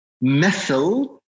methyl